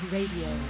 Radio